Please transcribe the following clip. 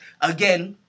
again